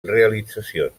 realitzacions